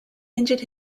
injured